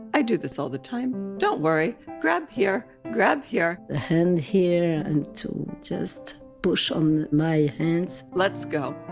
i do this all the time. don't worry, grab here grab here. the hand here, and to just push on my hands let's go!